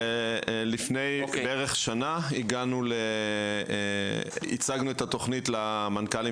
לפני בערך שנה הצגנו את התוכנית למנכ"לים